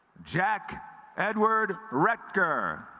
jack edward wrecker